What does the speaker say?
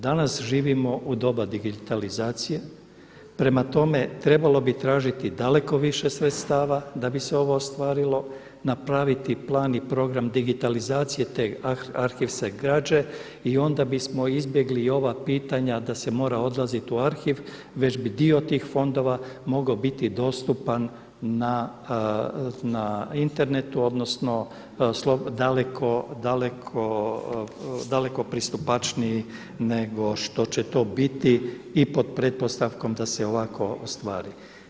Danas živimo u doba digitalizacije, prema tome trebalo bi tražiti daleko više sredstava da bi se ovo ostvarilo, napraviti plan i program digitalizacije te arhivske građe i onda bismo izbjegli i ova pitanja da se mora odlaziti u arhiv već bi dio tih fondova mogao biti dostupan na internetu odnosno daleko pristupačniji nego što će to biti i pod pretpostavkom da se ovako ostvari.